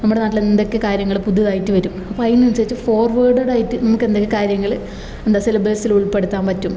നമ്മുടെ നാട്ടിൽ എന്തൊക്കെ കാര്യങ്ങള് പുതുതായിട്ട് വരും അപ്പോൾ അതിനനുസരിച്ച് ഫോർവേഡഡ് ആയിട്ട് നമുക്ക് എന്തൊക്കെ കാര്യങ്ങള് എന്താ സിലബസിൽ ഉൾപ്പെടുത്താൻ പറ്റും